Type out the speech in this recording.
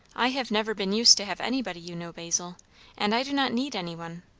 i have never been used to have anybody, you know, basil and i do not need any one.